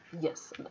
yes